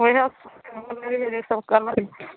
ओएह जे सब करबै